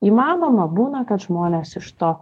įmanoma būna kad žmonės iš to